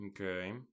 Okay